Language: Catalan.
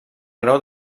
grau